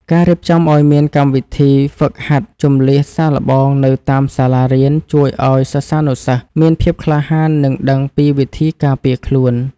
ការរៀបចំឱ្យមានកម្មវិធីហ្វឹកហាត់ជម្លៀសសាកល្បងនៅតាមសាលារៀនជួយឱ្យសិស្សានុសិស្សមានភាពក្លាហាន និងដឹងពីវិធីការពារខ្លួន។